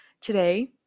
today